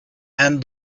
and